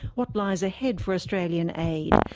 what lies ahead for australian aid,